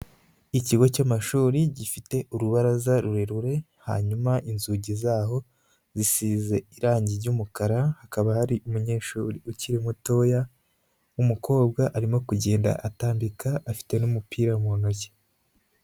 Ikigo cy'amashuri gifite urubaraza rurerure, hanyuma inzugi zaho zisize irangi ry'umukara, hakaba hari umunyeshuri ukiri mutoya w'umukobwa, arimo kugenda atambika afite n'umupira mu ntoki.